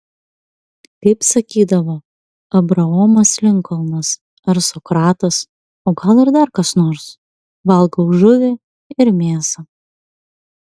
kaip sakydavo abraomas linkolnas ar sokratas o gal ir dar kas nors valgau žuvį ir mėsą